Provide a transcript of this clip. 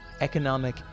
economic